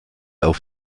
auf